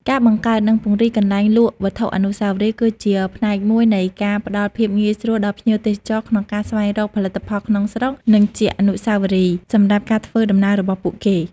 ការបង្កើត និងពង្រីក កន្លែងលក់វត្ថុអនុស្សាវរីយ៍ គឺជាផ្នែកមួយនៃការផ្តល់ភាពងាយស្រួលដល់ភ្ញៀវទេសចរក្នុងការស្វែងរកផលិតផលក្នុងស្រុក និងជាអនុស្សាវរីយ៍សម្រាប់ការធ្វើដំណើររបស់ពួកគេ។